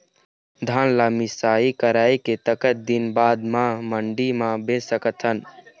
धान ला मिसाई कराए के कतक दिन बाद मा मंडी मा बेच सकथन?